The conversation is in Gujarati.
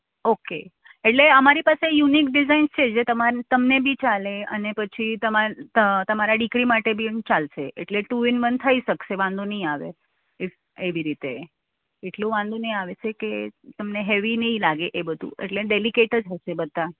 ઓકે એટલે અમારી પાસે યુનિક ડિઝાઇન્સ છે જે તમાર તમને બી ચાલે અને પછી તમાર તમારા દીકરી માટે બી એમ ચાલશે એટલે ટુ ઇન વન થઈ શકશે વાંધો નહીં આવે એવી રીતે એટલું વાંધો નહીં આવે છે કે તમને હેવી નહીં લાગે એ બધું એટલે ડેલીકેટ જ હશે બધાં